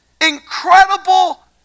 incredible